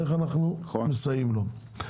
איך אנחנו מסייעים לו.